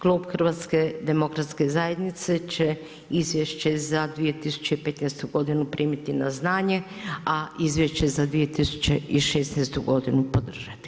Klub HDZ-a će izvješće za 2015. godinu primiti na znanje a izvješće za 2016. godinu podržati.